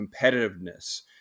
competitiveness